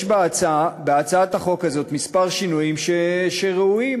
יש בהצעת החוק הזאת כמה שינויים ראויים,